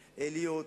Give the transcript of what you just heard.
להיות.